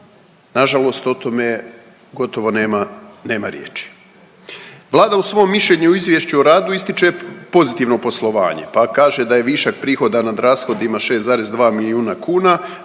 Nažalost o tome gotovo nema riječi. Vlada u svom mišljenju o izvješću u radu ističe pozitivno poslovanje pa kaže da je višak prihoda nad rashodima 6,2 milijuna kuna,